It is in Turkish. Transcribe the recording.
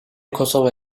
kosova